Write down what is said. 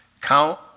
Count